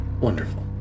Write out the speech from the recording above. Wonderful